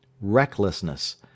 recklessness